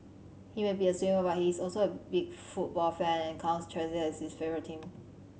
he may be a swimmer but he is also a big football fan and counts Chelsea as his favourite team